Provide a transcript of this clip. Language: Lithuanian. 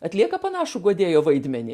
atlieka panašų guodėjo vaidmenį